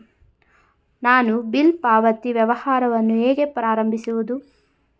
ನಾನು ಬಿಲ್ ಪಾವತಿ ವ್ಯವಹಾರವನ್ನು ಹೇಗೆ ಪ್ರಾರಂಭಿಸುವುದು?